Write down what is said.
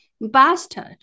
bastard